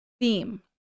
theme